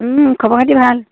খবৰ খাতি ভাল